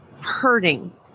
hurting